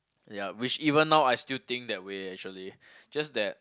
ya which even now I still think that way actually just that